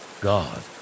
God